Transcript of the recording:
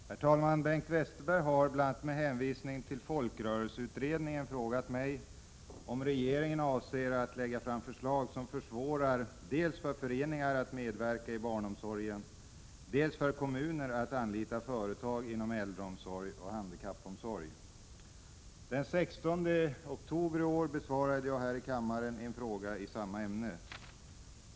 Herr talman! Bengt Westerberg har bl.a. med hänvisning till folkrörelseutredningen, frågat mig om regeringen avser att lägga fram förslag som försvårar dels för föreningar att medverka i barnomsorgen, dels för kommuner att anlita företag inom äldreomsorg och handikappomsorg. Den 16 oktober i år besvarade jag här i kammaren en fråga i samma ämne.